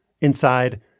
Inside